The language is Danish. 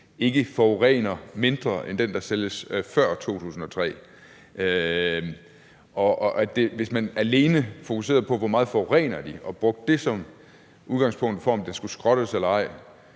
blev solgt før 2003, fordi de jo er ens. Hvis man alene fokuserede på, hvor meget de forurener, og brugte det som udgangspunktet for, om de skulle skrottes eller ej,